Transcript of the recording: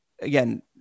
again